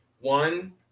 one